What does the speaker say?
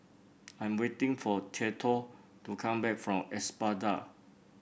I'm waiting for Theadore to come back from Espada